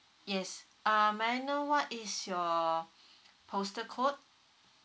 yes uh may I know what is your postal code